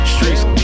Streets